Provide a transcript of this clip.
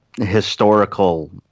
historical